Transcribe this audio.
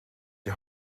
die